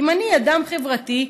אם אני אדם חברתי,